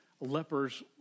lepers